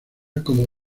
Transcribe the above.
como